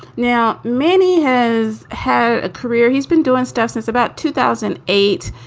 now, many has had a career. he's been doing stuff since about two thousand eight,